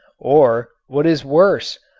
or, what is worse,